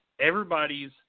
everybody's